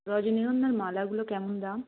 রজনীগন্ধার মালাগুলো কেমন দাম